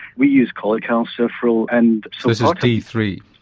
we use cholecalciferol. and that's ah d three.